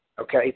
okay